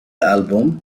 album